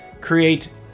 Create